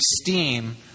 esteem